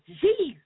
Jesus